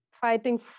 fighting